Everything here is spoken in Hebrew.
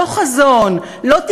לא חזון,